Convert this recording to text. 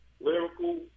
lyrical